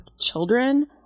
children